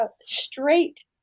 straight